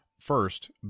first